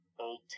old